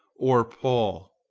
or paul.